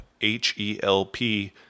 H-E-L-P